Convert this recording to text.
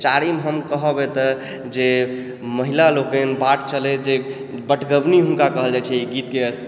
चारिम हम कहब एतऽ जे महिला लोकनि बाट चलैत जे बटगबनि हुनका कहल जाइ छै एहि गीतके सुनबा